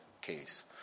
case